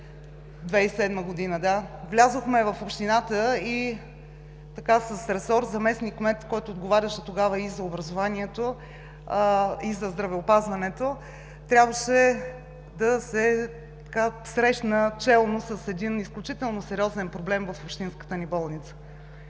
влязохме в общината и с ресор заместник-кмет, който отговаряше тогава и за образованието, и за здравеопазването трябваше да се срещна челно с един изключително сериозен проблем в общинската ни болница.